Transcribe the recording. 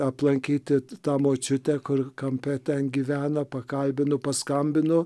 aplankyti tą močiutę kur kampe ten gyvena pakalbinu paskambinu